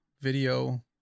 video